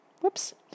Whoops